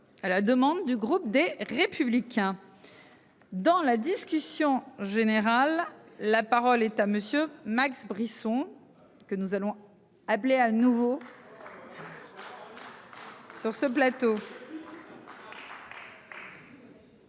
À la demande du groupe des Républicains. Dans la discussion générale. La parole est à monsieur Max Brisson que nous allons appeler à nouveau. Sur ce plateau.